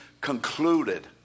concluded